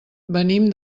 venim